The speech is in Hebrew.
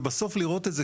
ובסוף לראות את זה,